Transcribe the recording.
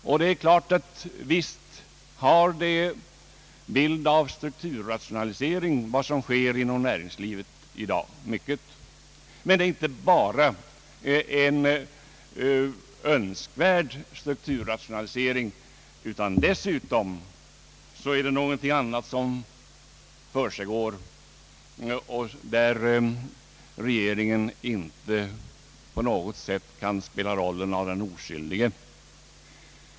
Visst har vad som sker inom näringslivet i dag drag av strukturrationalisering, men det är inte bara en Önskvärd = strukturrationalisering, utan dessutom är det någonting annat som försiggår, där regeringen inte på något sätt kan spela rollen av den oskyldige.